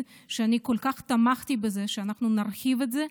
שאני כל כך תמכתי בזה שאנחנו נרחיב את זה.